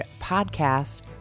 Podcast